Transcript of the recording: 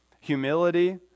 humility